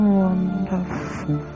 wonderful